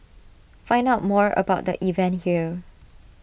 find out more about the event here